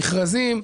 מכרזים,